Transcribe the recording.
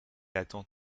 attend